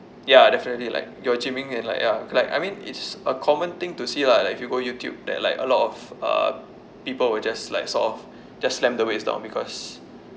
ya definitely like your gymming and like ya like I mean it's a common thing to see lah like if you go youtube that like a lot of uh people will just like sort of just slam the weights down because